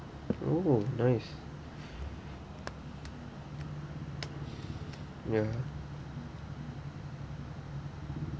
oh nice ya